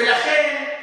ולכן,